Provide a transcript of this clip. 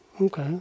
okay